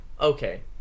Okay